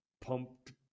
pumped